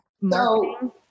marketing